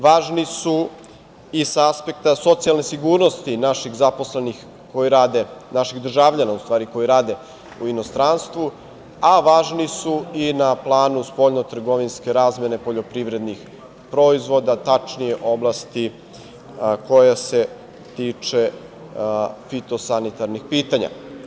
Važni su i sa aspekta socijalne sigurnosti naših državljana koji rade u inostranstvu, a važni su i na planu spoljno-trgovinske razmene poljoprivrednih proizvoda, tačnije oblasti koja se tiče fitosanitarnih pitanja.